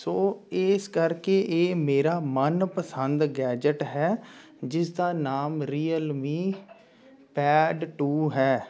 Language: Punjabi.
ਸੋ ਇਸ ਕਰਕੇ ਇਹ ਮੇਰਾ ਮਨਪਸੰਦ ਗੈਜਟ ਹੈ ਜਿਸਦਾ ਨਾਮ ਰੀਅਲਮੀ ਪੈਡ ਟੂ ਹੈ